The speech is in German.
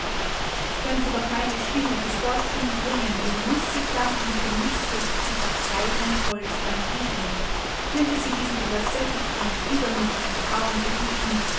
könnte doch meine stimme bis dorthin dringen wo müßiggang und genußsucht sich auf seidenen polstern wiegen könnte sie diesen übersättigten und übermüthigen frauen gebieten